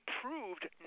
proved